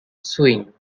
swing